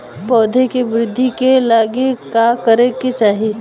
पौधों की वृद्धि के लागी का करे के चाहीं?